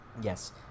Yes